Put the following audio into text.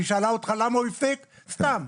היא שאלה אותך למה הוא הפסיק סתם.